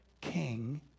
king